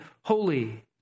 holy